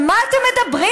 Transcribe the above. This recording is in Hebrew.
על מה אתם מדברים?